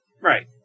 Right